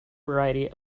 variety